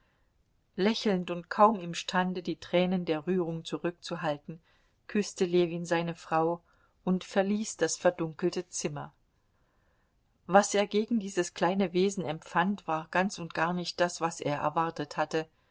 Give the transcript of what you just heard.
lächelnd und kaum imstande die tränen der rührung zurückzuhalten küßte ljewin seine frau und verließ das verdunkelte zimmer was er gegen dieses kleine wesen empfand war ganz und gar nicht das was er erwartet hatte